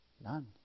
None